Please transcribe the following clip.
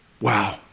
wow